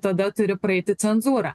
tada turi praeiti cenzūrą